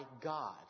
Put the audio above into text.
God